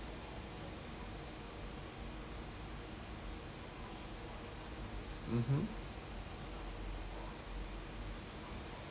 mmhmm